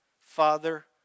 Father